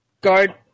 guard